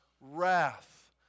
wrath